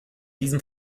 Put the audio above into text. diesem